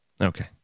okay